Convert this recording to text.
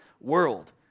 world